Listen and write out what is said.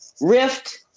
Rift